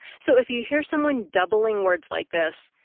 so if you hear someone doubling words like this,